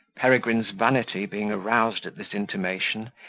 peregrine's vanity being aroused at this intimation,